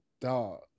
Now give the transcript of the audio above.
dog